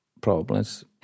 problems